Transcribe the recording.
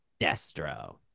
Destro